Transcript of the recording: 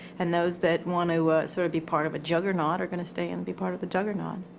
and those that want to sort of be part of a juggernaut are going to stay and be part of the juggernaut.